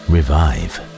Revive